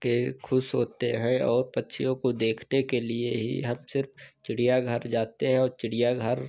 कर खुश होते हैं और पक्षियों को देखने के लिए ही हम सिर्फ चिड़ियाघर जाते हैं और चिड़ियाघर